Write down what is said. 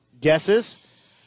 guesses